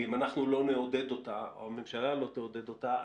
ואם אנחנו לא נעודד אותה או הממשלה לא תעודד אותה,